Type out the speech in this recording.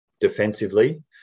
defensively